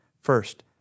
First